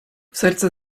serce